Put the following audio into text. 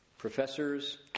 Professors